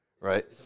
Right